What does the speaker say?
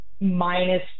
minus